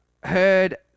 heard